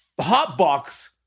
hotbox